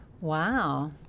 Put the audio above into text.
Wow